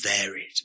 varied